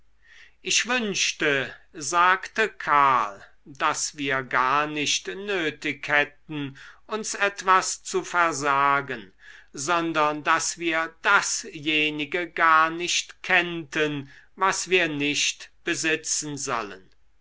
ich wünschte sagte karl daß wir gar nicht nötig hätten uns etwas zu versagen sondern daß wir dasjenige gar nicht kennten was wir nicht besitzen sollen